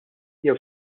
jew